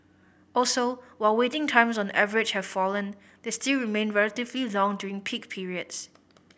also while waiting times on average have fallen they still remain relatively long during peak periods